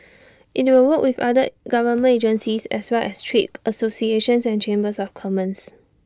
IT will work with other government agencies as well as trade associations and chambers of commerce